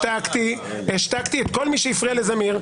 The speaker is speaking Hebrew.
אני השתקתי את כל מי שהפריע לזמיר.